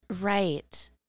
Right